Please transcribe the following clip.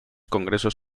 congresos